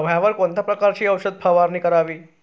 गव्हावर कोणत्या प्रकारची औषध फवारणी करावी?